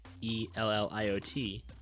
e-l-l-i-o-t